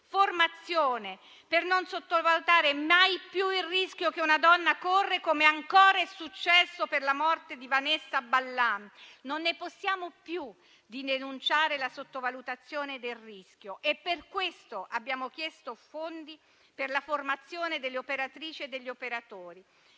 Formazione, per non sottovalutare mai più il rischio che una donna corre, come ancora è successo per la morte di Vanessa Ballan. Non ne possiamo più di denunciare la sottovalutazione del rischio. Per questo abbiamo chiesto fondi per la formazione delle operatrici e degli operatori.